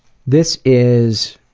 this is